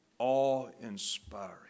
Awe-inspiring